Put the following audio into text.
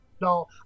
No